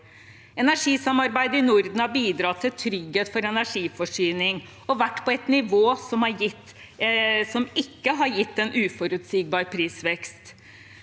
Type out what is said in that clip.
Energisamarbeidet i Norden har bidratt til trygghet for energiforsyning og vært på et nivå som ikke har gitt en uforutsigbar prisvekst.